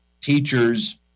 teachers